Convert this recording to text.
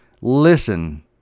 Listen